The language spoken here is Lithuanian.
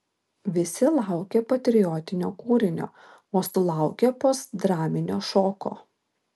visi laukė patriotinio kūrinio o sulaukė postdraminio šoko